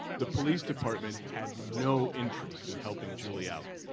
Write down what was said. the police department had no interest in helping julie out,